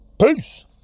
peace